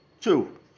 Two